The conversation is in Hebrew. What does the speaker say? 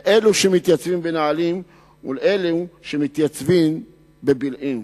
לאלו שמתייצבים בנעלין ולאלו שמתייצבים בבילעין.